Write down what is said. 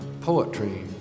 poetry